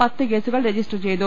പത്ത് കേസു കൾ രജിസ്റ്റർ ചെയ്തു